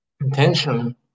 Intention